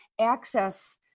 access